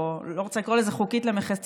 אני לא רוצה לקרוא לזה חוקית למחצה,